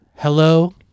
Hello